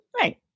Right